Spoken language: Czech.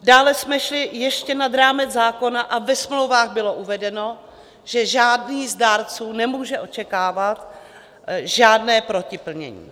Dále jsme šli ještě nad rámec zákona a ve smlouvách bylo uvedeno, že žádný z dárců nemůže očekávat žádné protiplnění.